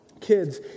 kids